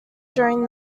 during